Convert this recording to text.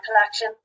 collection